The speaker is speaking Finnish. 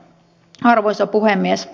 arvoisa puhemies